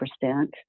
percent